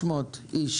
רק